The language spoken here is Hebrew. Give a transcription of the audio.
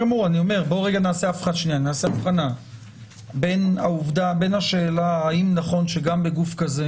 רגע נעשה אבחנה בין השאלה האם נכון שגם בגוף כזה